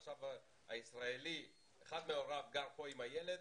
עכשיו אחד מהוריו גר פה עם הילד